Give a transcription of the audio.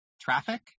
Traffic